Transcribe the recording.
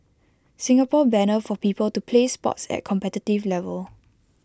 Singapore banner for people to play sports at competitive level